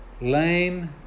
lame